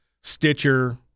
Stitcher